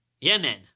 Yemen